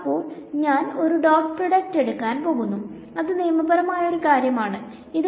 അപ്പൊ ഞാൻ ഒരു ഡോട്ട് പ്രോഡക്റ്റ് എടുക്കാൻ പോകുന്നു അത് നിയമപരമായ ഒരു കാര്യം ആണ്